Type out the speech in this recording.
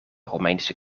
romeinse